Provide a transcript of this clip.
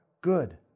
good